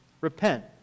Repent